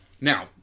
Now